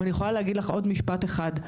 ואני יכולה להגיד עוד משפט אחד,